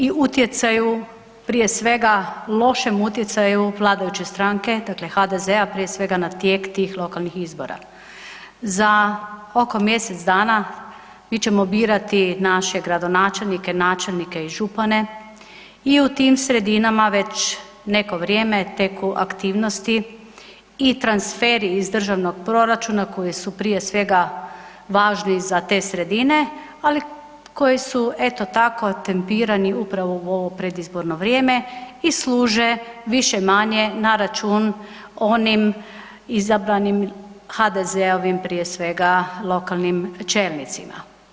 utjecaju prije svega lošem utjecaju vladajuće stranke dakle HDZ-a prije svega na tijek tih lokalnih izbora, za oko mjesec dana mi ćemo birati naše gradonačelnike, načelnike i župane i u tim sredinama već neko vrijeme teku aktivnosti i transferi iz državnog proračuna koji su prije svega važni za te sredine, ali koji su eto tako tempirani upravo u ovo predizborno vrijeme i služe više-manje na račun onim izabranim HDZ-ovim prije svega lokalnim čelnicima.